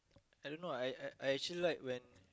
I don't know I I I actually like when